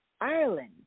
Ireland